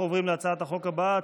אנחנו עוברים להצעת החוק הבאה,